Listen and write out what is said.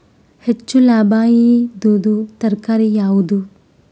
ಹೆಚ್ಚು ಲಾಭಾಯಿದುದು ತರಕಾರಿ ಯಾವಾದು?